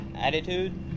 Attitude